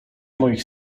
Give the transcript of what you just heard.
moich